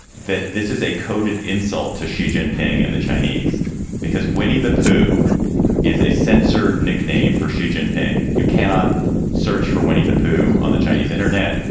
that this is a coded insult to xi jinping and the chinese because winnie the pooh is a censored nickname for xi jinping. you cannot search for winnie the pooh on the chinese internet.